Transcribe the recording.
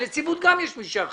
בנציבות גם יש מי שאחראי.